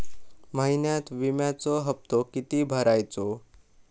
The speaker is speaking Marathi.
महिन्यात विम्याचो हप्तो किती भरायचो?